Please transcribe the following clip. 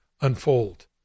unfold